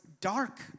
dark